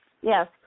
Yes